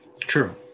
True